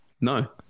No